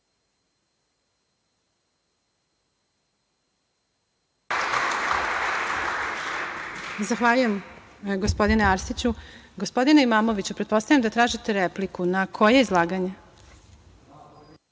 Zahvaljujem, gospodine Arsiću. Gospodine Imamoviću, pretpostavljam da tražite repliku, ali na koje izlaganje?(Enis